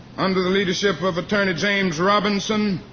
under the leadership of attorney james robinson,